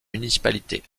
municipalités